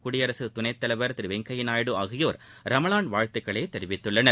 குடியரசு துணைத்தலைவா் திரு வெங்கையா நாயுடு ஆகியோர் ரமலான் வாழ்த்துக்களை தெரிவித்துள்ளனர்